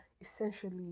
essentially